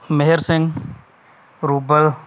Mehar Singh rouble